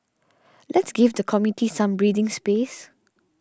let's give the committee some breathing space